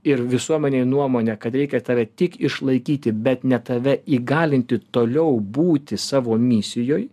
ir visuomenėj nuomonė kad reikia tave tik išlaikyti bet ne tave įgalinti toliau būti savo misijoj